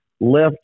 left